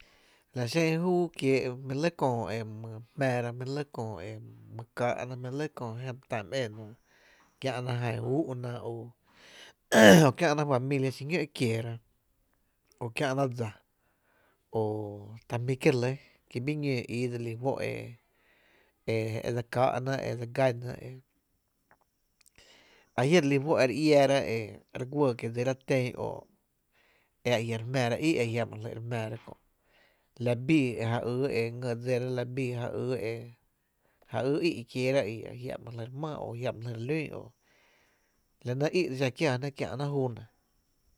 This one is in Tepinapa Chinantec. La xen júu kiee’ jmí’ lɇ köö e my jmⱥⱥra jmí’ lɇ köö e my káa’na jmí’ lɇ L ajé my tá my éna kiä’na jna úú’na o kiä’na familia xiñó’ kieera o kiä’na dsa o ta jmí’ kié’ re lɇ ki bí ñóó dse lí juó’ re lɇ e dse káá’na e dse gána e a jia’ re lí juó’ re iáára e re guóo kie’ dsira ten e a jia’ re jmⱥⱥra í’ e a jiama jly’ re jmⱥⱥra kö’ la bii e ja yy e ngý dsira, la bii e ja yy e ja ýý í’ kieera e a jiama jlý’ re jmⱥⱥ o jiama jly’ re lún, la nɇ í e xa kiaa jná kiä’ juu nɇ.